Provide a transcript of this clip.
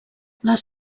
les